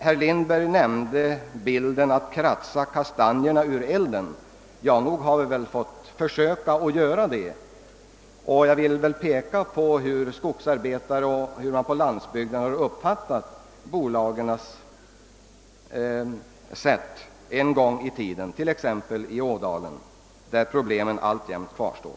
Herr Lindberg använde bilden >att kratsa kastanjerna ur elden>, ja, nog har vi inom skogsägarrörelsen fått försöka göra det. Jag vill erinra om hur skogsarbetare och andra ute på landsbygden uppfattade bolagens sätt att agera förr i tiden, exempelvis i Ådalen, där problemen alltjämt kvarstår.